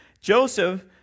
Joseph